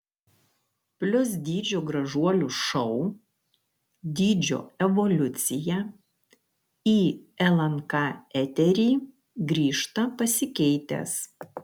plius dydžio gražuolių šou dydžio evoliucija į lnk eterį grįžta pasikeitęs